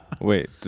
Wait